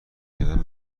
کردن